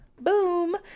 boom